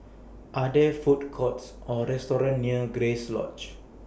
Are There Food Courts Or restaurants near Grace Lodge